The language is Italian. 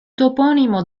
toponimo